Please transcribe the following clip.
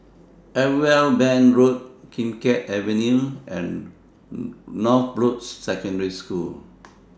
Irwell Bank Road Kim Keat Avenue and Northbrooks Secondary School